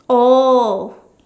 oh